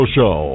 Show